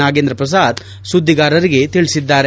ನಾಗೇಂದ್ರಪ್ರಸಾದ್ ಸುದ್ದಿಗಾರರಿಗೆ ತಿಳಿಸಿದ್ದಾರೆ